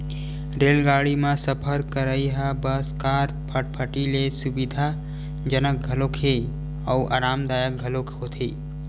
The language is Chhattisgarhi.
रेलगाड़ी म सफर करइ ह बस, कार, फटफटी ले सुबिधाजनक घलोक हे अउ अरामदायक घलोक होथे